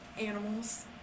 animals